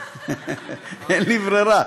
אין לי ברירה.